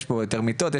יותר מיטות,